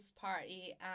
party